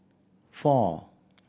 four